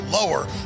lower